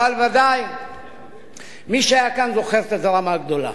אבל ודאי מי שהיה כאן זוכר את הדרמה הגדולה.